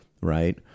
Right